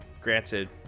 granted